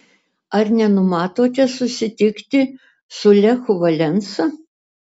ar nenumatote susitikti su lechu valensa